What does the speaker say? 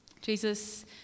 Jesus